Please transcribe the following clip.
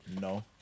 No